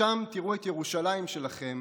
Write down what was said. משם תראו את ירושלים שלכם,